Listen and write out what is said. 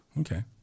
Okay